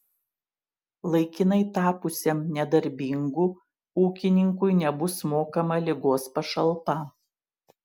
laikinai tapusiam nedarbingu ūkininkui nebus mokama ligos pašalpa